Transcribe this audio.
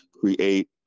create